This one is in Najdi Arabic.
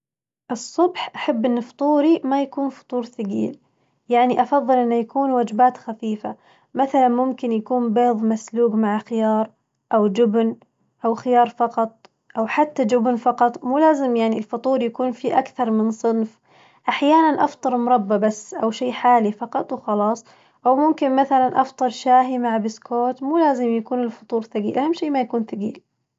الصبح أحب إن فطوري ما يكون فطور ثقيل، يعني أفظل إنه يكون وجبات خفيفة مثلاً ممكن يكون بيظ مسلوق مع خيار، أو جبن أو خيار فقط أو حتى جبن فقط مو لازم يعني الفطور يكون فيه أكثر من صنف، أحياناً أفطر مربى بس أو شي حالي فقط وخلاص، أو ممكن مثلاً أفطر شاهي مع بسكويت مو لازم يكون الفطور ثقيل، أهم شي ما يكون ثقيل.